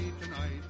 tonight